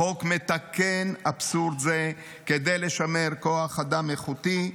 החוק מתקן אבסורד זה כדי לשמר כוח אדם איכותי.